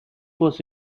was